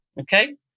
Okay